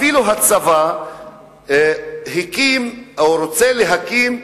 אפילו הצבא הקים, או רוצה להקים,